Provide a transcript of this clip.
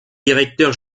directeur